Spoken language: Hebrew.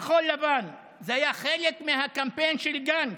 כחול לבן: זה היה חלק מהקמפיין של גנץ,